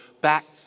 back